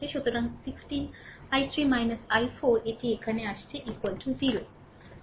সুতরাং 16 I3 i4 এটি এখানে আসছে 0